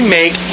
make